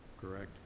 Correct